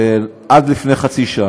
עד לפני חצי שעה,